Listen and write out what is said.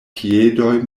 piedoj